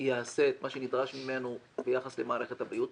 יעשה את מה שנדרש ממנו ביחס למערכת הבריאות,